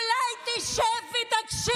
אולי תשב ותקשיב?